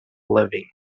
living